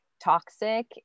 toxic